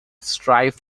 strive